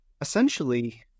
essentially